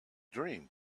dream